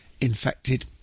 infected